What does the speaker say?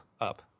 up